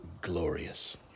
glorious